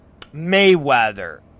Mayweather